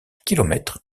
kilomètres